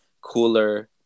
cooler